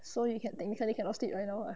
so you can technically cannot sleep right now ah